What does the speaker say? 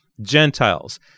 Gentiles